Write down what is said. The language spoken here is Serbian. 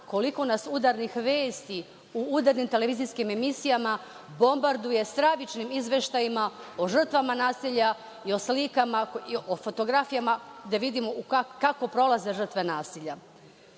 koliko nas udarnih vesti u udarnim televizijskim emisijama bombarduje stravičnim izveštajima o žrtvama nasilja i o slikama, o fotografijama, da vidimo kako prolaze žrtve nasilja. Tako